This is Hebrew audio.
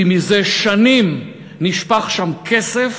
כי מזה שנים נשפך שם כסף